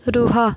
ରୁହ